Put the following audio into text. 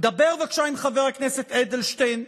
דבר בבקשה עם חבר הכנסת אדלשטיין,